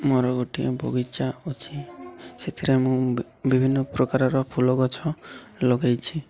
ମୋର ଗୋଟିଏ ବଗିଚା ଅଛି ସେଥିରେ ମୁଁ ବିଭିନ୍ନ ପ୍ରକାରର ଫୁଲ ଗଛ ଲଗେଇଛି